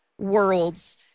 Worlds